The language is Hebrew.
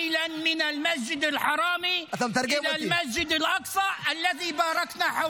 בלילה מן המסגד הקדוש אל המסגד הקיצון אשר נתנו ברכתנו על